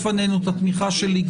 תקנות שיחזרו גם היום